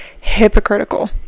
hypocritical